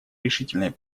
решительной